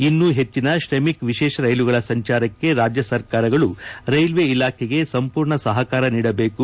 ಇನ್ನೂ ಹೆಚ್ಚನ ತ್ರಮಿಕ್ ವಿಶೇಷ ರೈಲುಗಳ ಸಂಚಾರಕ್ಕೆ ರಾಜ್ಯ ಸರ್ಕಾರಗಳು ರೈಲ್ವೆ ಇಲಾಖೆಗೆ ಸಂಪೂರ್ಣ ಸಹಕಾರ ನೀಡಬೇಕು